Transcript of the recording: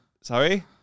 Sorry